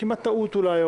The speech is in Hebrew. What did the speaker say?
כמעט טעות אולי,